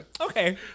Okay